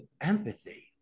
empathy